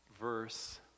verse